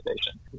station